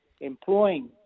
employing